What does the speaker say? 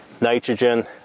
nitrogen